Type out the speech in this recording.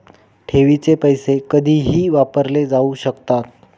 ठेवीचे पैसे कधीही वापरले जाऊ शकतात